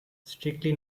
strictly